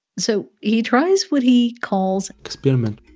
so he tries what he calls. experiment.